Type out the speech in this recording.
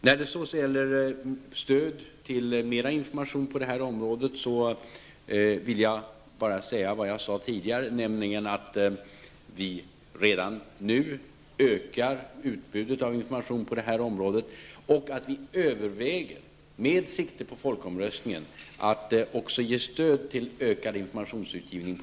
När det så gäller stödet till mer information på detta område vill jag bara säga vad jag sagt tidigare, nämligen att vi redan nu ökar utbudet av information på det här området och att vi överväger, med sikte på folkomröstningen, att också ge stöd till ökad informationsutgivning.